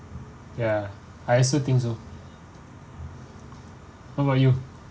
ya I also think so what about you